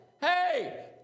Hey